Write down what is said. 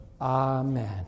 Amen